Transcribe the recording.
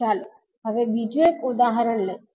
ચાલો હવે બીજું એક ઉદાહરણ લઈએ